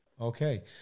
Okay